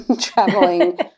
traveling